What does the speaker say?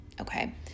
okay